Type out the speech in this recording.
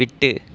விட்டு